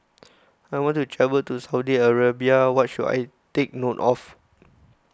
I want to travel to Saudi Arabia what should I take note of